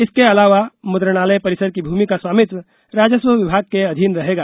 इसके अलावा मुद्रणालय परिसर की भूमि का स्वामित्व राजस्व विभाग के अधीन रहेगा